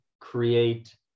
create